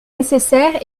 nécessaire